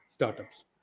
startups